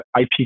IP